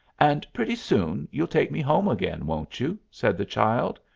and pretty soon you'll take me home again, won't you? said the child.